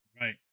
Right